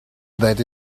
that